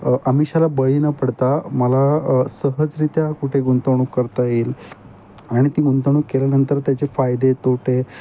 आमिशाला बळी न पडता मला सहजरित्या कुठे गुंतवणूक करता येईल आणि ती गुंतवणूक केल्यानंतर त्याचे फायदे तोटे